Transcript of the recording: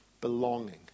belonging